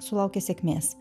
sulaukė sėkmės